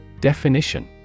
Definition